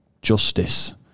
Justice